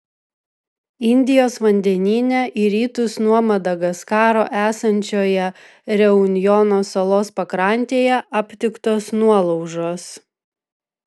indijos vandenyne į rytus nuo madagaskaro esančioje reunjono salos pakrantėje aptiktos nuolaužos